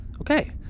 Okay